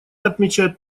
отмечают